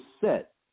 set